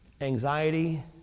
Anxiety